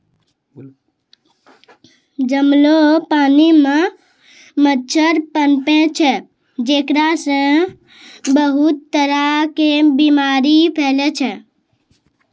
जमलो पानी मॅ मच्छर पनपै छै जेकरा सॅ बहुत तरह के बीमारी फैलै छै